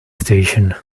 station